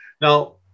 now